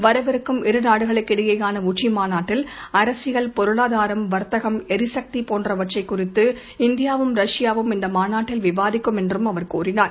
வரவிருக்கும் இரு நாடுகளுக்கிடையேயாள உச்சி மாநாட்டில் அரசியல் பெருளாதாரம் வர்த்தகம் எரிசக்தி போன்றவற்றைக் குறித்து இந்தியாவும் ரஷ்யாவும் இந்த மாநாட்டில் விவாதிக்கும் என்று அவர் தெரிவித்தார்